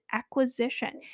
acquisition